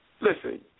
listen